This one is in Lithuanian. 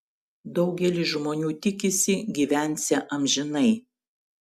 daugelis žmonių tikisi gyvensią amžinai